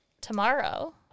tomorrow